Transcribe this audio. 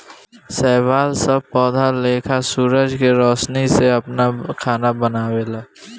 शैवाल सब पौधा लेखा सूरज के रौशनी से आपन खाना बनावेला